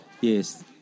Yes